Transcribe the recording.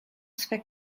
swe